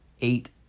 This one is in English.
eight